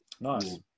Nice